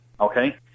okay